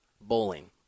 Bowling